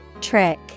Trick